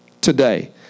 today